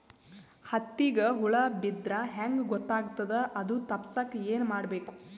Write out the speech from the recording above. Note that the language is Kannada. ಹತ್ತಿಗ ಹುಳ ಬಿದ್ದ್ರಾ ಹೆಂಗ್ ಗೊತ್ತಾಗ್ತದ ಅದು ತಪ್ಪಸಕ್ಕ್ ಏನ್ ಮಾಡಬೇಕು?